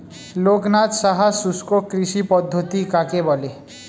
লোকনাথ সাহা শুষ্ককৃষি পদ্ধতি কাকে বলে?